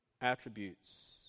attributes